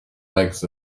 legs